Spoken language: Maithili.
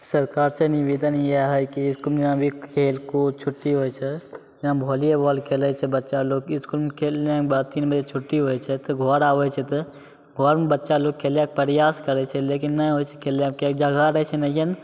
सरकारसे निवेदन इएह हइ कि इसकुलमे अभी खेलकूद छुट्टी होइ छै या वॉलीबॉल खेलै छै बच्चालोक इसकुलमे खेलने बाद तीन बजे छुट्टी होइ छै घर आबै छै तऽ घरमे बच्चा लोक खेलैके प्रयास करै छै लेकिन नहि होइ छै खेलनाइ किएकि जगह रहै छै नहिए ने